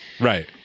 right